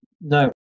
no